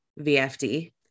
VFD